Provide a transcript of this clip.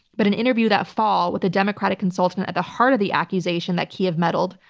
but an interview that fall with a democratic consultant at the heart of the accusation that kyiv meddled,